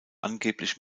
angeblich